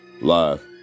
Live